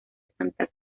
santa